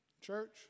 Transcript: Church